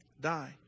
die